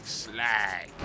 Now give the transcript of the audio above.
slag